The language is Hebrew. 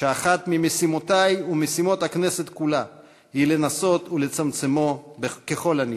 ואחת ממשימותי וממשימות הכנסת כולה היא לנסות לצמצמו ככל האפשר.